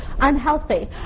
unhealthy